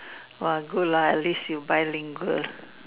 !wah! good lah at least you bilingual